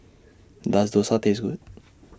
Does Dosa Taste Good